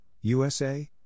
USA